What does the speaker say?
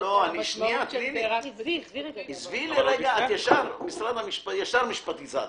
אני רוצה את החיים לפני המשפטיזציה.